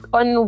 on